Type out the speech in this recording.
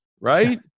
right